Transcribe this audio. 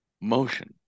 motion